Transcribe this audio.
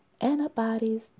antibodies